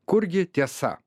kurgi tiesa